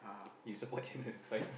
you support channel five